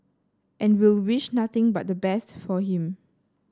and we'll wish nothing but the best for him